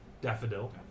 Daffodil